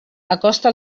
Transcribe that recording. acosta